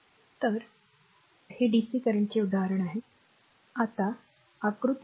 तर आणि हे डीसी करंटचे उदाहरण आहे आता आकृती 1